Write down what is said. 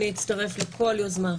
אני אצטרף לכל יוזמה,